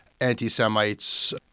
anti-Semites